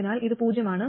അതിനാൽ ഇത് പൂജ്യമാണ്